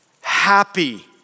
happy